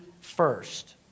first